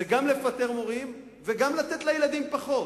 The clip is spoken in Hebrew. זה גם לפטר מורים וגם לתת לילדים פחות.